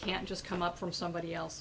can't just come up from somebody else